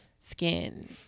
skin